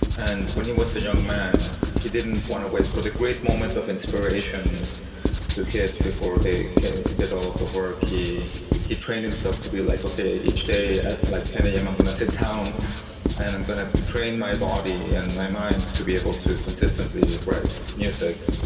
and when he was a young man, he didn't want to wait for the great moment of inspiration to hit before he did all of the work. he he trained himself to be like, okay, each day at like ten am, i'm going to sit down and i'm going to train my body and my mind to be able to consistently write music.